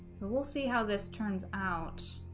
and we'll see how this turns out